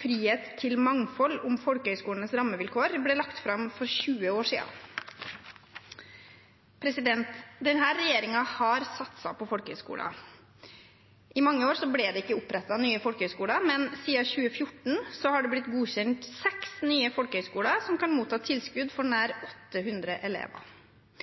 Frihet til mangfold – om folkehøgskolenes rammevilkår, ble lagt fram for 20 år siden. Denne regjeringen har satset på folkehøgskoler. I mange år ble det ikke opprettet nye folkehøgskoler, men siden 2014 har det blitt godkjent seks nye folkehøgskoler som kan motta tilskudd for nær